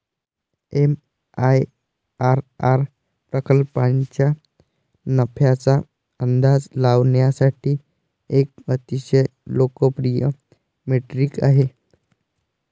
MIRR प्रकल्पाच्या नफ्याचा अंदाज लावण्यासाठी एक अतिशय लोकप्रिय मेट्रिक आहे